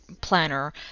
planner